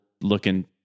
looking